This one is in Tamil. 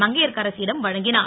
மங்கையர்கரசிடம் வழங்கினார்